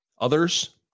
Others